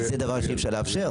זה דבר שאי-אפשר לאפשר.